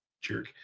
jerk